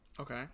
Okay